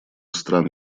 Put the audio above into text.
стран